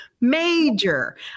major